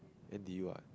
N_D_U what